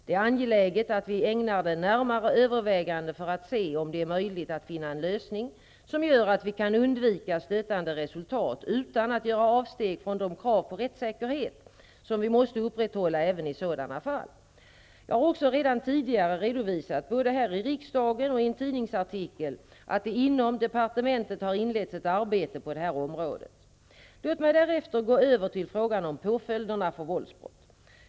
Det är angeläget att vi ägnar den närmare överväganden för att se om det är möjligt att finna en lösning som gör att vi kan undvika stötande resultat utan att göra avsteg från de krav på rättssäkerhet som vi måste upprätthålla även i sådana fall. Jag har också redan tidigare redovisat både här i riksdagen och i en tidningsartikel att det inom departementet har inletts ett arbete på det här området. Låt mig därefter gå över till frågan om påföljderna för våldsbrott.